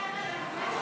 באמת למה?